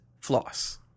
floss